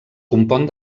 compon